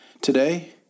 Today